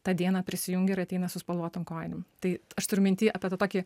tą dieną prisijungia ir ateina su spalvotom kojinėm tai aš turiu minty apie tą tokį